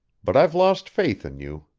but i've lost faith in you.